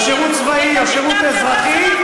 או שירות צבאי או שירות אזרחי,